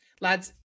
lads